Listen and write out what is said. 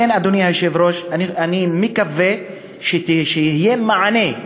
לכן, אדוני היושב-ראש, אני מקווה שיהיה מענה: